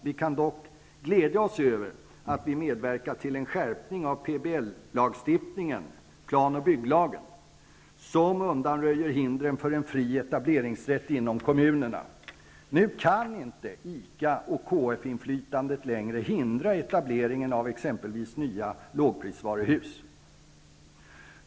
Vi kan dock glädja oss över att vi medverkat till en skärpning av PBL lagstiftningen , som undanröjer hindren för en fri etableringsrätt inom kommunerna. Nu kan inte ICA och KF inflytandet längre hindra etableringen av exempelvis nya lågprisvaruhus.